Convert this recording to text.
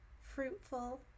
fruitful